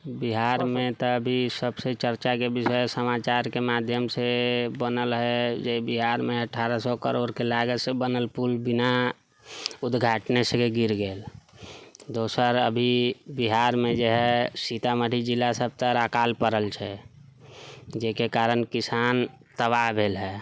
बिहारमे तऽ अभी सबसँ चर्चाके विषय समाचारके माध्यमसँ बनल हइ जे बिहारमे अठारह सओ करोड़के लागतसँ बनल पुल बिना उद्घाटननेसँ गिर गेल दोसर अभी बिहारमे जे हइ सीतामढ़ी जिला सब तरफ अकाल पड़ल छै जाहिके कारण किसान तबाह भेल हइ